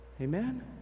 Amen